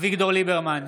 אביגדור ליברמן,